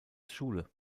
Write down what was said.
schule